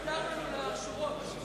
הליכוד חדר לנו לשורות.